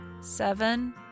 Seven